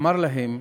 אמר להם: